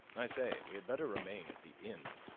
i say, we had better remain at the inn,